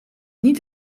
niet